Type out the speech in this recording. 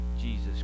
Jesus